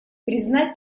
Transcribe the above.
признать